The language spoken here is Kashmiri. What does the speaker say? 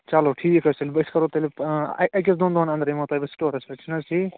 چلو ٹھیٖک حظ چھُ تیٚلہِ أسۍ کَرَو تیٚلہِ أکِس دۄن دۄہَن اَنٛدَر یِمَو تۄہہِ بہٕ سِٹورَس پٮ۪ٹھ چھِنہٕ حظ ٹھیٖک